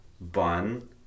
bun